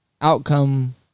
outcome